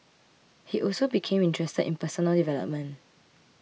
he also became interested in personal development